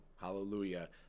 Hallelujah